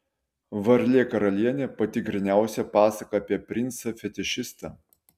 varlė karalienė pati gryniausia pasaka apie princą fetišistą